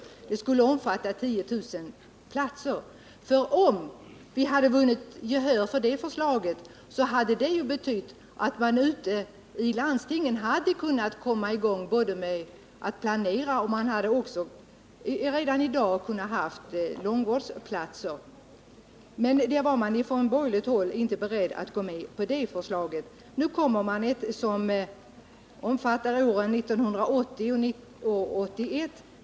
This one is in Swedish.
Det skulle ha gett 10 000 vårdplatser. Om det förslaget hade vunnit gehör skulle det ha betytt att man i landstingen hade kunnat komma i gång med planeringen. Man hade redan i dag kunnat ha betydligt fler långvårdsplatser. Men det förslaget var man från borgerligt håll inte beredd att gå med på. Nu kommer man med ett som omfattar åren 1980-1981.